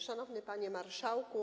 Szanowny Panie Marszałku!